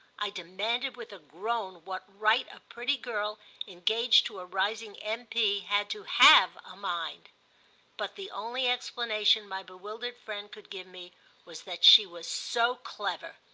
i demanded with a groan what right a pretty girl engaged to a rising m p. had to have a mind but the only explanation my bewildered friend could give me was that she was so clever.